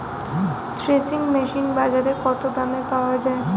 Threshing machine বাজারে কত দামে পাওয়া যায়?